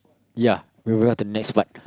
ya we move on to next part